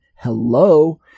Hello